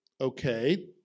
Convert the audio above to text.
Okay